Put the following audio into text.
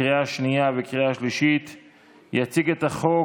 אלה שישה קולות,